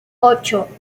ocho